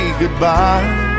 goodbye